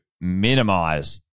minimize